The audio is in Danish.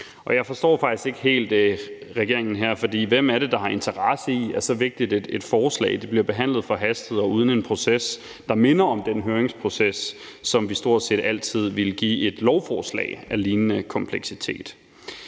Jeg forstår faktisk ikke helt regeringen her, for hvem er det, der har interesse i, at så vigtigt et forslag bliver behandlet forhastet og uden en proces, der minder om den høringsproces, som vi stort set altid vil give et lovforslag af lignende kompleksitet?